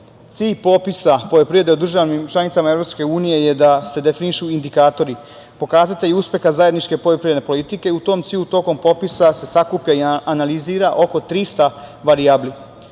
popisa poljoprivrede u državama članicama EU je da se definišu indikatori, pokazatelji uspeha zajedničke poljoprivredne politike. U tom cilju, tokom popisa se sakuplja i analizira oko 300 varijabli.U